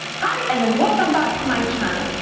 hi, and welcome back to my channel.